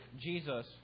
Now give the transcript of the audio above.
Jesus